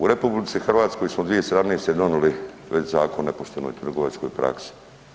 U RH smo 2017. donijeli već Zakon o nepoštenoj trgovačkoj praksi.